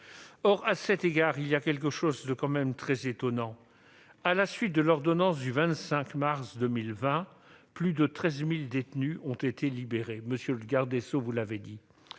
Or, à cet égard, il y a quelque chose de quand même très étonnant : à la suite de l'ordonnance du 25 mars 2020, plus de 13 000 détenus ont été libérés, et nous sommes redescendus en